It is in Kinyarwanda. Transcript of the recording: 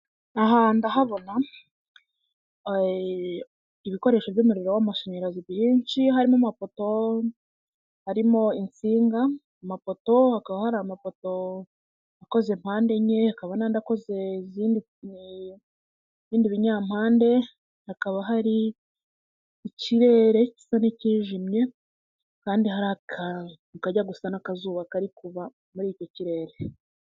Aha ndahabona ibikoresho by'umuriro w'amashanyarazi byinshi harimo amapoto arimo insinga amapoto hakaba hari amapoto akoze impande enye hakaban'andi akoze mu bindi binyampande hakaba hari ikirere kisa n'ikijimye kandi hari akantu kajya gusa n'akazuba kari muri iki kirere.